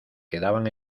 quedaban